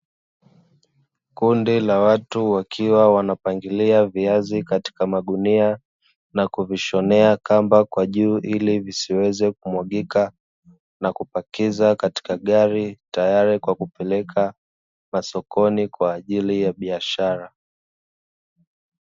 Kundi la watu wakiwa wanapangilia viazi katika magunia na kuvishonea kamba kwa juu ili visiweze kumwagika, na kupakiza katika gari tayari kupeleka masokoni kwaajili ya biashara.